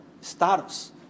Status